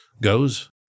goes